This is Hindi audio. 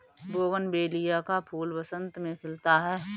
बोगनवेलिया का फूल बसंत में खिलता है